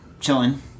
chilling